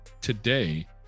today